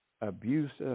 abusive